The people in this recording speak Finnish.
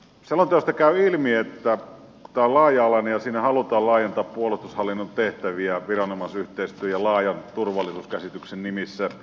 selonteosta käy ilmi että tämä on laaja alainen ja siinä halutaan laajentaa puolustushallinnon tehtäviä viranomaisyhteistyön ja laajan turvallisuuskäsityksen nimissä